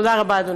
תודה רבה, אדוני.